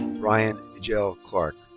brian nigel clarke.